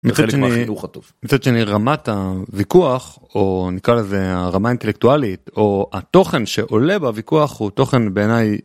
מצד שני רמת הוויכוח או נקרא לזה הרמה אינטלקטואלית או התוכן שעולה בוויכוח הוא תוכן בעיניי